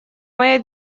моя